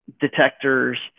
detectors